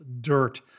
dirt